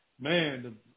Man